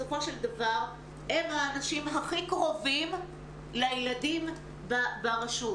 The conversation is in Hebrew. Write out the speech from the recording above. בסופו של דבר הם האנשים הכי קרובים לילדים ברשות.